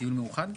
דיון מאוחד?